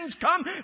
come